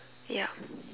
yup